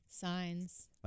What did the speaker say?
signs